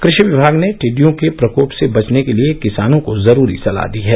कृषि विमाग ने टिड्डियों के प्रकोप से बचने के लिए किसानों को जरूरी सलाह दी है